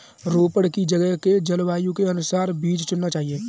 रोपड़ की जगह के जलवायु के अनुसार बीज चुनना चाहिए